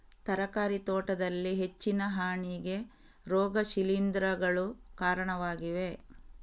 ತರಕಾರಿ ತೋಟದಲ್ಲಿ ಹೆಚ್ಚಿನ ಹಾನಿಗೆ ರೋಗ ಶಿಲೀಂಧ್ರಗಳು ಕಾರಣವಾಗಿವೆ